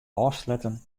ôfsletten